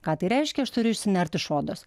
ką tai reiškia aš turiu išsinert iš odos